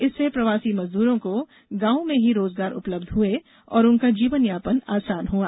इससे प्रवासी मजदूरों को गांव में ही रोजगार उपलब्ध हुए और उनका जीवनयापन आसान हुआ